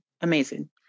amazing